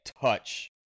touch